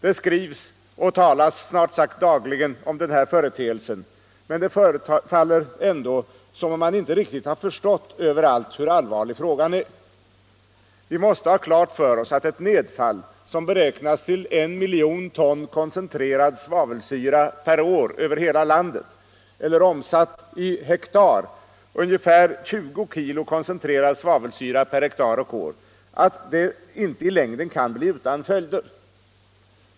Det skrivs och talas snart sagt dagligen om denna företeelse, men det förefaller ändå som om man inte överallt riktigt har förstått hur allvarlig frågan är. Vi måste ha klart för oss att ett nedfall som beräknas till I miljon ton koncentrerad svavelsyra per år över hela landet — eller ungefär 20 kg koncentrerad svavelsyra per hektar och år — inte i längden kan bli utan följder.